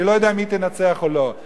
אני לא יודע אם היא תנצח או לא,